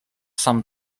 sam